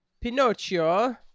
Pinocchio